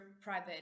private